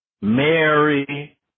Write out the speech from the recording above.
Mary